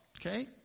okay